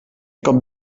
colp